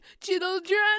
children